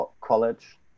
college